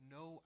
no